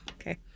okay